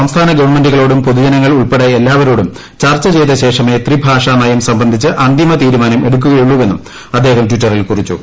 സംസ്ഥാന ഗവൺമെന്റുകളോടും പൊതുജനങ്ങൾ ഉൾപ്പെടെ എല്ലാവരോടും ചർച്ച ചെയ്തശേഷമേ ത്രിഭാഷാനയം സംബന്ധിച്ച് അന്തിമ തീരുമാനം എടുക്കുകയുളളൂവെന്നും അദ്ദേഹം ട്വിറ്ററിൽ കുറിച്ചു